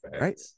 Right